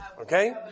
okay